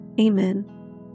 Amen